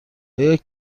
آیا